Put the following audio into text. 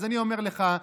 אז אני אומר לך,